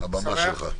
הבמה שלך.